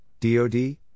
DOD